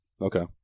Okay